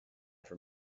from